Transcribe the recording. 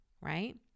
right